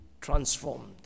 transformed